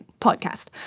podcast